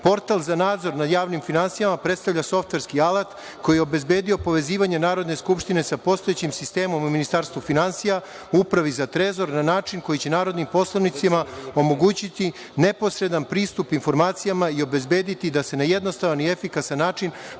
Portal za nadzor nad javnim finansijama predstavlja softverski alat koji je obezbedio povezivanje Narodne skupštine sa postojećim sistemom u Ministarstvu finansija, Upravi za trezor na način koji će narodnim poslanicima omogućiti neposredan pristup informacijama i obezbediti da se na jednostavan i efikasan način